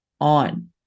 on